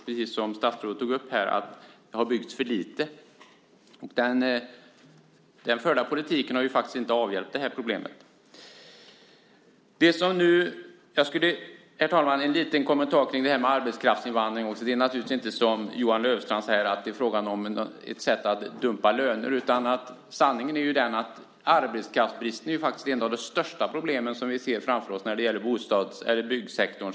Precis som statsrådet här sade har det byggts för lite. Den förda politiken har inte avhjälpt det problemet. Herr talman! Jag ska också göra en liten kommentar om arbetskraftsinvandring. Det är inte som Johan Löfstrand säger fråga om ett sätt att dumpa löner. Sanningen är att arbetskraftsbristen är ett av de största problemen vi ser framför oss för byggsektorn.